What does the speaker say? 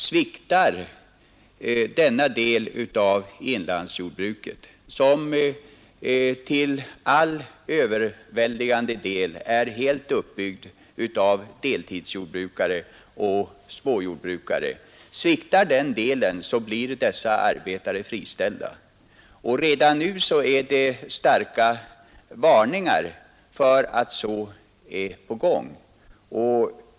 Sviktar denna del av inlandsjordbruket, som till överväldigande del är helt uppbyggd på deltidsjordbrukare och småjordbrukare, blir dessa arbetare friställda. Redan nu uttalas det starka varningar för att denna tendens är på gång.